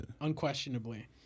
unquestionably